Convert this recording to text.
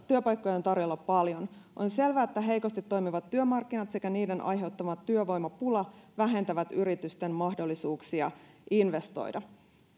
työpaikkoja on tarjolla paljon on selvää että heikosti toimivat työmarkkinat sekä niiden aiheuttama työvoimapula vähentävät yritysten mahdollisuuksia investoida